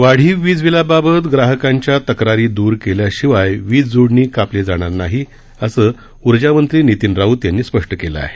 वाढीव वीज बिलाबाबत ग्राहकांच्या तक्रारी दुर केल्याशिवाय वीज जोडणी कापली जाणार नाही असं राज्याचे ऊर्जामंत्री नितीन राऊत यांनी स्पष्ट केलं आहे